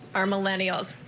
our millennials.